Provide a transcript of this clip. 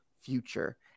future